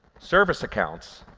service accounts